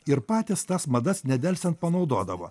ir patys tas madas nedelsiant panaudodavo